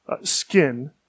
skin